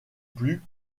plus